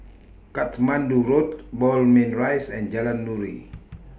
Katmandu Road Moulmein Rise and Jalan Nuri